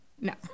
no